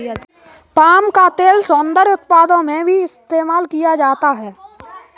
palm का तेल सौन्दर्य उत्पादों में भी इस्तेमाल किया जाता है